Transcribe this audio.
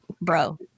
bro